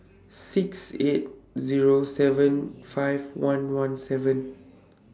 six eight Zero seven five one one seven